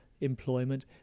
employment